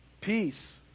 peace